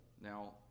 Now